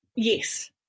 Yes